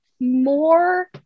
more